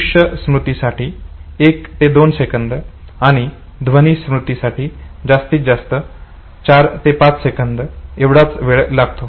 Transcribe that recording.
दृश्य स्मृतीसाठी 1 ते 2 सेकंद आणि ध्वनि स्मृतीसाठी जास्तीत जास्त 4 ते 5 सेकंद एवढाच वेळ लागतो